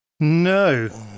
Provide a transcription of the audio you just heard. no